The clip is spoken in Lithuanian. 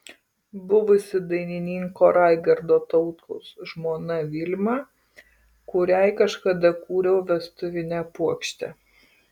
buvusi dainininko raigardo tautkaus žmona vilma kuriai kažkada kūriau vestuvinę puokštę